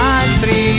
altri